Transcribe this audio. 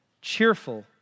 Cheerful